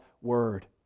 word